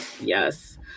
Yes